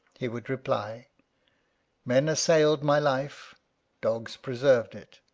he would reply men assailed my life dogs preserved it.